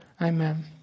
Amen